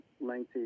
lengthy